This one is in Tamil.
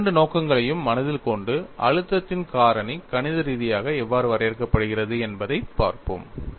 இந்த இரண்டு நோக்கங்களையும் மனதில் கொண்டு அழுத்தத்தின் காரணி கணித ரீதியாக எவ்வாறு வரையறுக்கப்படுகிறது என்பதைப் பார்ப்போம்